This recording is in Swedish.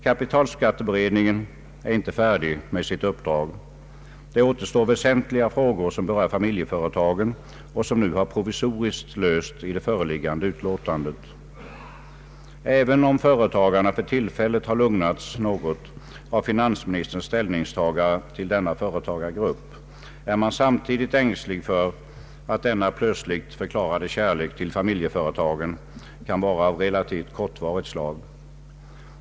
Kapitalskatteberedningen är inte färdig med sitt uppdrag. Det återstår vä sentliga frågor, som berör familjeföretagen och som nu har provisoriskt lösts i det föreliggande utlåtandet. Även om företagarna för tillfället har lugnats något av finansministerns ställningstagande till denna företagargrupp, är man samtidigt ängslig för att denna plötsligt förklarade kärlek till familjeföretagen kan vara av relativt kortvarigt slag.